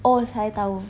oh saya tahu